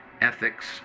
ethics